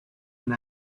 and